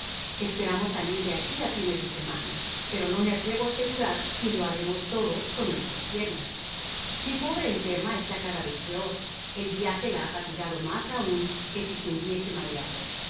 esperamos salir de aquí a fines de semana pero no me atrevo a asegurar si lo haremos todos con nuestras piernas mi pobre enferma está cada vez peor el viaje la ha fatigado más aún que si se hubiese mareado